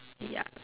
ya